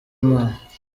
imana